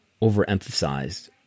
overemphasized